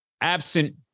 absent